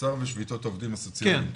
האוצר ושביתת העובדים הסוציאליים,